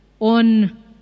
on